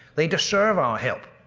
they deserve our help,